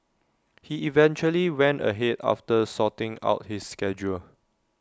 he eventually went ahead after sorting out his schedule